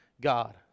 God